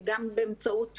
גם באמצעות תמיכות.